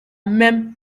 même